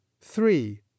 three